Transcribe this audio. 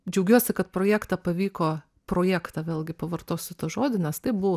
džiaugiuosi kad projektą pavyko projektą vėlgi pavartosiu tą žodį nes taip buvau